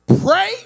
pray